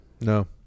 No